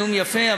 נאום יפה,